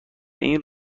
این